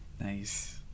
nice